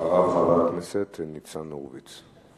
אחריו, חבר הכנסת ניצן הורוביץ.